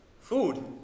food